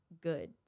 good